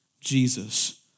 Jesus